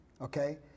Okay